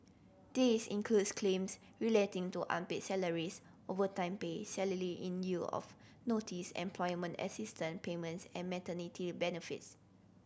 this includes claims relating to unpaid salaries overtime pay salary in lieu of notice employment assistance payments and maternity benefits